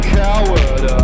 coward